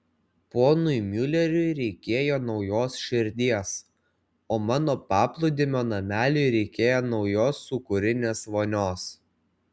ponui miuleriui reikėjo naujos širdies o mano paplūdimio nameliui reikėjo naujos sūkurinės vonios